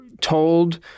told